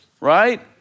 Right